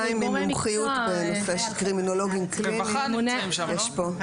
שופט ושניים עם מומחיות קרימינולוגים קליניים יש פה.